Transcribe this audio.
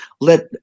Let